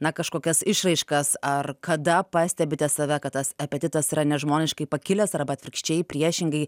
na kažkokias išraiškas ar kada pastebite save kad tas apetitas yra nežmoniškai pakilęs arba atvirkščiai priešingai